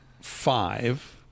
five